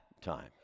time